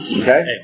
Okay